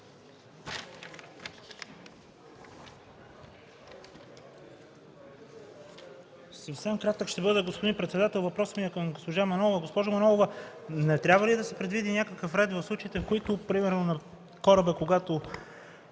Съвсем кратък ще бъда, господин председател. Въпросът ми е към госпожа Манолова: госпожо Манолова, не трябва ли да се предвиди някакъв ред в случаите, в които примерно гласоподавателят